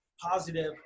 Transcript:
positive